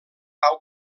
pau